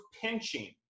pinching